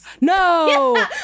no